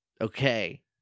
Okay